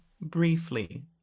briefly